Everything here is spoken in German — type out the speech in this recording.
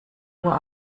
uhr